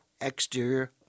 exterior